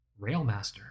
Railmaster